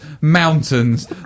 mountains